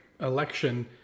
election